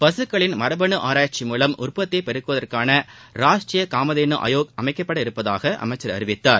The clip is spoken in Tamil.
பசுக்களின் மரபணு ஆராய்ச்சி மூலம் உற்பத்தியை பெருக்குவதற்கான ராஷ்ட்ரீய காமதேனு ஆயோக் அமைக்கப்பட இருப்பதாக அமைச்சர் அறிவித்தார்